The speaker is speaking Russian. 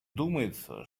думается